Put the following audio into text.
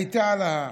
הייתה על ההר.